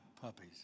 puppies